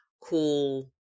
cool